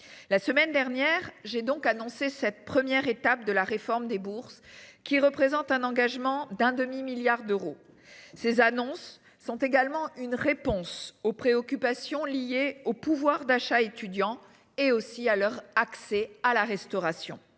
La semaine dernière, j'ai donc annoncé cette première étape de la réforme des bourses qui représente un engagement d'un demi-milliard d'euros. Ces annonces sont également une réponse aux préoccupations liées au pouvoir d'achat étudiant et aussi à leur accès à la restauration